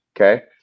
okay